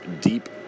deep